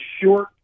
short